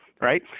right